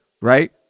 Right